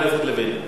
חבר הכנסת לוין.